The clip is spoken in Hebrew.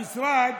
המשרד